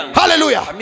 hallelujah